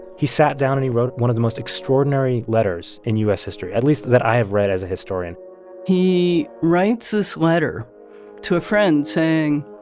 he sat down, and he wrote one of the most extraordinary letters in u s. history, at least that i have read as a historian he writes this letter to a friend, saying,